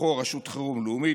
ובתוכו רשות חירום לאומית,